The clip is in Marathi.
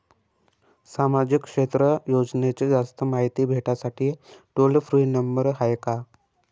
सामाजिक क्षेत्र योजनेची जास्त मायती भेटासाठी टोल फ्री नंबर हाय का?